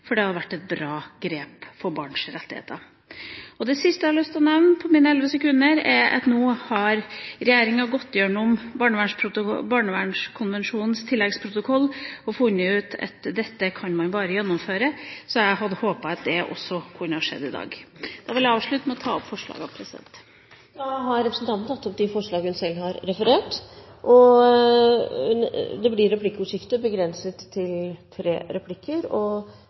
for det hadde vært et bra grep for barns rettigheter. Det sjette jeg har lyst til å nevne på mine siste elleve sekunder er at nå har regjeringa gått igjennom barnevernkonvensjonens tilleggsprotokoll og funnet ut at dette kan man bare gjennomføre. Jeg hadde håpet at det også kunne ha skjedd i dag. Da vil jeg avslutte med å ta opp forslagene fra Venstre. Representanten Trine Skei Grande har tatt opp de forslag hun refererte til. Det blir replikkordskifte. Eg har eit spørsmål til